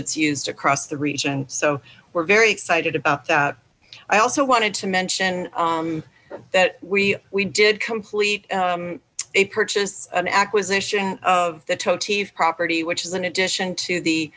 it's used across the region so we're very excited about that i also wanted to mention that we we did complete a purchase an acquisition of the toty property which is an addition to the